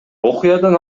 окуядан